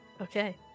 Okay